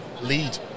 lead